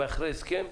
ומאחורי הסכם.